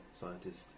scientist